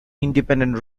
independent